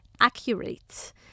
accurate